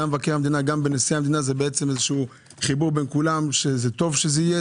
במבקר המדינה ובנשיא המדינה זה חיבור של כולם וטוב שזה יהיה,